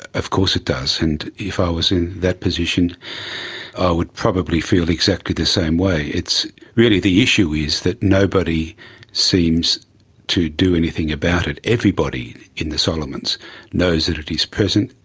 of course it does, and if i was in that position i would probably feel exactly the same way. really the issue is that nobody seems to do anything about it. everybody in the solomons knows that it is present,